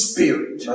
Spirit